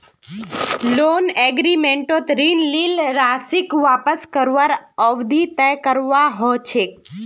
loan एग्रीमेंटत ऋण लील राशीक वापस करवार अवधि तय करवा ह छेक